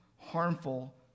harmful